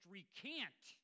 recant